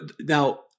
now